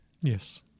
Yes